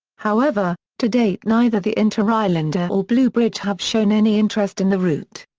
however, to date neither the interislander or bluebridge have shown any interest in the route.